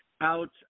out